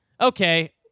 okay